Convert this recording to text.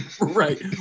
Right